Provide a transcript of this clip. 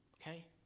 Okay